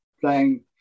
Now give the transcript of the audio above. playing